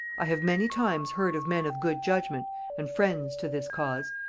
i have many times heard of men of good judgement and friends to this cause,